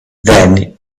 then